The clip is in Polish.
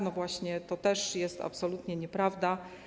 No właśnie to też jest absolutnie nieprawda.